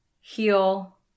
heel